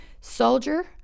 Soldier